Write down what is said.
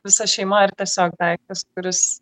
visa šeima ar tiesiog daiktas kuris